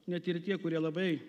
net ir tie kurie labai